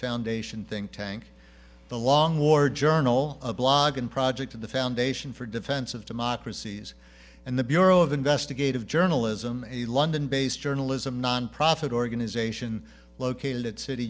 foundation think tank the long war journal of blogging project at the foundation for defense of democracies and the bureau of investigative journalism a london based journalism nonprofit organization located at city